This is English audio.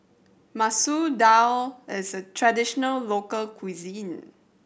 Masoor Dal is a traditional local cuisine